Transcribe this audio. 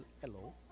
Hello